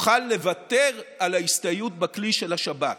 נוכל לוותר על ההסתייעות בכלי של השב"כ.